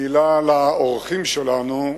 מלה לאורחים שלנו.